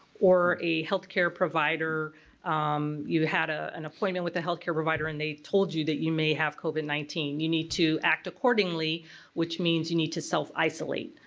or a health care provider um you had ah an appointment with the healthcare provider and they told you that you may have covid nineteen, you need to act accordingly which means you need to self isolate.